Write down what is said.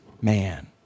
man